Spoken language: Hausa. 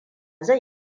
zai